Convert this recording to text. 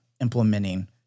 implementing